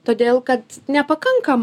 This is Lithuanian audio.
todėl kad nepakankam